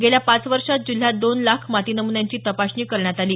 गेल्या पाच वर्षांत जिल्ह्यात दोन लाख माती नमुन्यांची तपासणी करण्यात आली